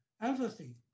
Empathy